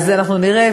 אז אנחנו נראה,